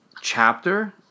chapter